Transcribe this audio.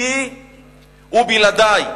אתי ובלעדי.